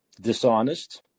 dishonest